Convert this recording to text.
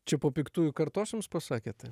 čia po piktųjų kartos jums pasakė taip